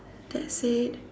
that said